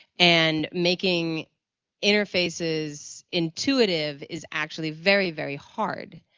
and making interfaces intuitive is actually very, very hard.